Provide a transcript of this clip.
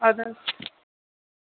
اَدٕ حظ